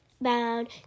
bound